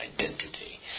identity